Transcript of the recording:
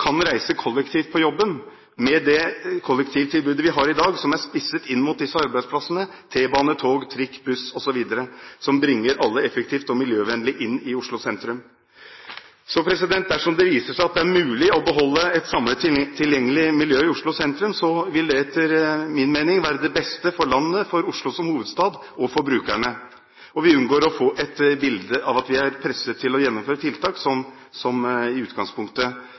kan reise kollektivt til jobben med det kollektivtilbudet vi har i dag, som er spisset inn mot disse arbeidsplassene – T-bane, tog, buss, trikk osv., som bringer alle effektivt og miljøvennlig inn til Oslo sentrum. Dersom det så viser seg at det er mulig å beholde et samlet tilgjengelig miljø i Oslo sentrum, vil det, etter min mening, være det beste for landet, for Oslo som hovedstad og for brukerne. Vi unngår å få et bilde av at vi er presset til å gjennomføre tiltak som i utgangspunktet